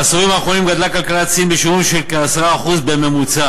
בעשורים האחרונים גדלה כלכלת סין בכ-10% בממוצע,